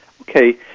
Okay